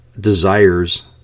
desires